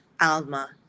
Alma